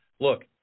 Look